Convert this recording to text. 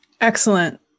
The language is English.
excellent